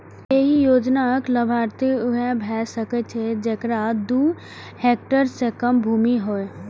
एहि योजनाक लाभार्थी वैह भए सकै छै, जेकरा दू हेक्टेयर सं कम भूमि होय